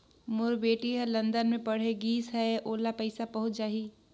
मोर बेटी हर लंदन मे पढ़े गिस हय, ओला पइसा पहुंच जाहि?